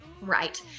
Right